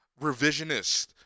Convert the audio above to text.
revisionist